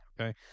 okay